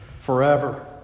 forever